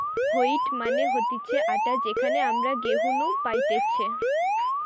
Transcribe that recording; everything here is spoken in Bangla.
হোইট মানে হতিছে আটা যেটা আমরা গেহু নু পাইতেছে